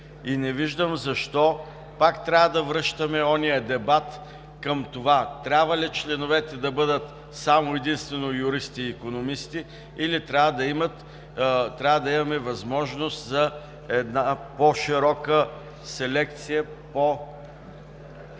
Не виждам защо пак трябва да връщаме онзи дебат към това трябва ли членовете да бъдат само и единствено юристи и икономисти или трябва да имаме възможност за една по-широка селекция по